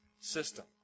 system